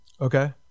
Okay